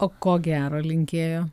o ko gero linkėjo